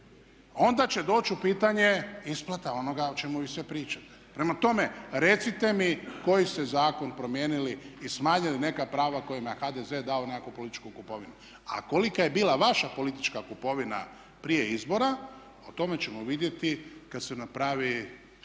onda će doći u pitanje isplata onoga o čemu vi sve pričate. Prema tome, recite mi koji ste zakon promijenili i smanjili neka prava kojima je HDZ dao nekakvu političku kupovinu. A kolika je bila vaša politička kupovina prije izbora o tome ćemo vidjeti kada se napravi